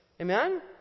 Amen